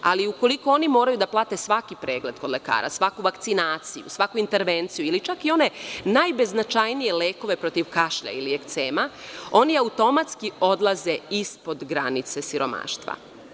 Ali, ukoliko oni moraju da plate svaki pregled kod lekara, svaku vakcinaciju, svaku intervenciju ili čak i one najbeznačajnije lekove protiv kašlja ili ekcema, oni automatski odlaze ispod granice siromaštva.